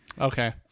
Okay